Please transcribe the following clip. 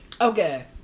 Okay